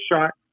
shot